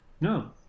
No